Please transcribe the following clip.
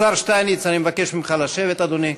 השר שטייניץ, אני מבקש ממך לשבת, אדוני.